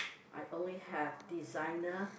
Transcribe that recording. I only have designer